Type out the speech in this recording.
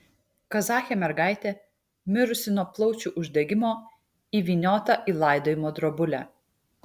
kazachė mergaitė mirusi nuo plaučių uždegimo įvyniota į laidojimo drobulę